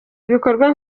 ibikorwa